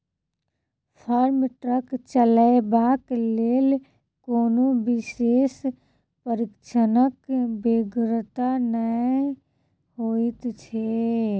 farm truck चलयबाक लेल कोनो विशेष प्रशिक्षणक बेगरता नै होइत छै